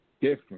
Different